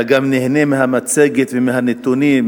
אלא גם נהנה מהמצגת ומהנתונים,